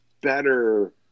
better